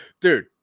dude